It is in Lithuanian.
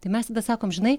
tai mes sakom žinai